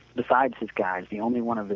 besides his guide, the only one